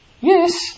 Yes